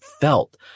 felt